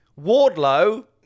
Wardlow